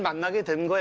um negatively